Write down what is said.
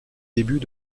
début